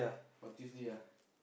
or Tuesday ah